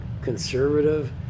conservative